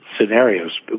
scenarios